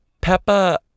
Peppa